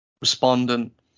respondent